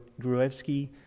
Gruevsky